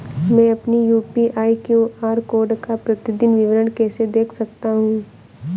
मैं अपनी UPI QR code का प्रतीदीन विवरण कैसे देख सकता हूँ?